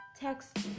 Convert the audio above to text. text